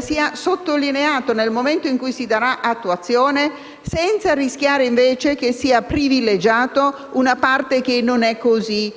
sia sottolineato nel momento in cui si darà attuazione, senza rischiare invece che sia privilegiata una parte che non è così